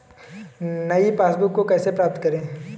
नई पासबुक को कैसे प्राप्त करें?